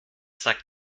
sagt